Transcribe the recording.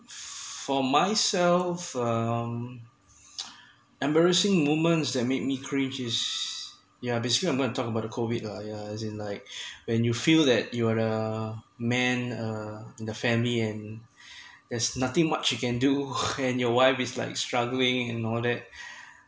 for myself um embarrassing moments that make me cringe is yeah basically I'm not talk about the COVID lah yeah as in like when you feel that you are the man uh in the family and there's nothing much you can do and your wife is like struggling and all that